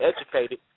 educated